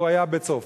הוא היה בצרפת,